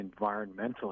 environmentally